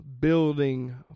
building